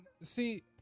see